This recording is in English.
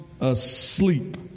asleep